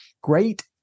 great